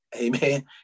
amen